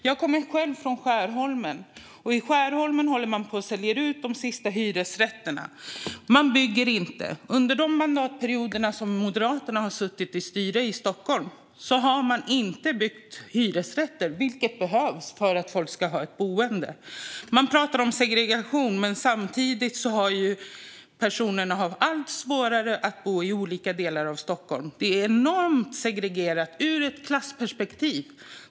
Jag kommer själv från Skärholmen, och i Skärholmen håller man på och säljer ut de sista hyresrätterna. Man bygger inte. Under de mandatperioder som Moderaterna har suttit i styret i Stockholm har man inte byggt hyresrätter, vilket behövs för att folk ska ha ett boende. Man pratar om segregation, men samtidigt har personer allt svårare att bo i olika delar av Stockholm. Det är enormt segregerat ur ett klassperspektiv.